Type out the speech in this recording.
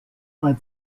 bei